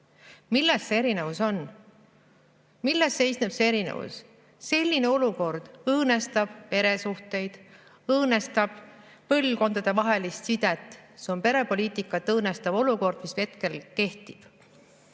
Milles see erinevus on? Milles seisneb see erinevus? Selline olukord õõnestab peresuhteid, õõnestab põlvkondadevahelist sidet. See on perepoliitikat õõnestav olukord, mis hetkel kehtib.